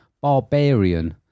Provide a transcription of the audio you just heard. Barbarian